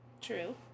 True